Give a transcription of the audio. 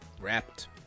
Wrapped